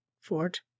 fort